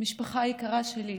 משפחה יקרה שלי,